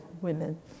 women